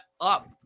up